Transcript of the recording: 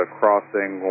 crossing